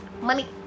money